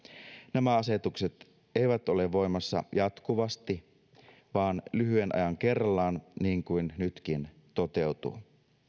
nämä asetukset eivät ole voimassa jatkuvasti vaan lyhyen ajan kerrallaan niin kuin nytkin toteutuu